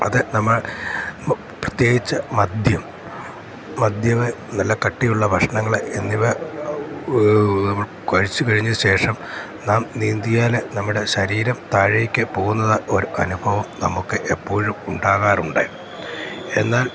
അത് നമ്മൾ പ്രത്യേകിച്ച് മദ്യം മദ്യം നല്ല കട്ടിയുള്ള ഭക്ഷണങ്ങൾ എന്നിവ കഴിച്ച് കഴിഞ്ഞശേഷം നാം നീന്തിയാൽ നമ്മളുടെ ശരീരം താഴേക്ക് പോകുന്നത് ഒരു അനുഭവം നമുക്ക് എപ്പോഴും ഉണ്ടാകാറുണ്ട് എന്നാൽ